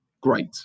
great